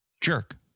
jerk